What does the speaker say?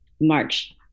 March